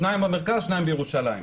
שניים במרכז ושניים בירושלים.